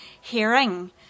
hearing